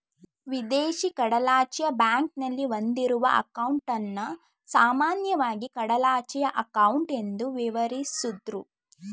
ವಿದೇಶಿ ಕಡಲಾಚೆಯ ಬ್ಯಾಂಕ್ನಲ್ಲಿ ಹೊಂದಿರುವ ಅಂಕೌಟನ್ನ ಸಾಮಾನ್ಯವಾಗಿ ಕಡಲಾಚೆಯ ಅಂಕೌಟ್ ಎಂದು ವಿವರಿಸುದ್ರು